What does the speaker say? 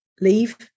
leave